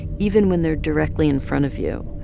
even when they're directly in front of you.